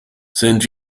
sind